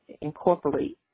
incorporate